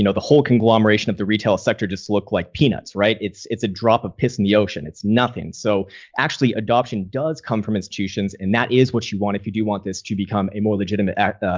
you know the whole conglomeration of the retail sector just look like peanuts, right. it's it's a drop of piss in the ocean. it's nothing. so actually, adoption does come from institutions and that is what you want if do you want this to become a more legitimate and